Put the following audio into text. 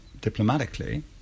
diplomatically